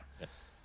Yes